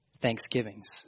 thanksgivings